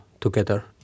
together